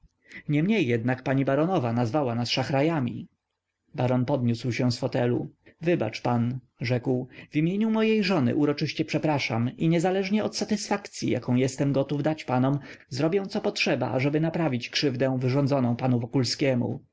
niemniej jednak pani baronowa nazwała nas szachrajami baron podniósł się z fotelu wybacz pan rzekł w imieniu mojej żony uroczyście przepraszam i niezależnie od satysfakcyi jaką gotów jestem dać panom zrobię co potrzeba ażeby naprawić krzywdę wyrządzoną panu